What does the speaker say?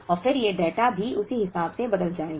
और फिर ये डेटा भी उसी हिसाब से बदल जाएगा